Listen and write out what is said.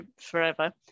forever